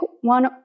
one